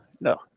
no